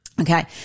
Okay